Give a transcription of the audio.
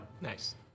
nice